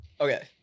Okay